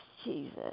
Jesus